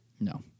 no